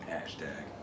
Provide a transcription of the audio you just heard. Hashtag